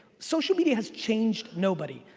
social media has changed nobody.